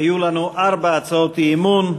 היו לנו ארבע הצעות אי-אמון.